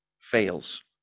fails